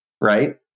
Right